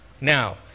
Now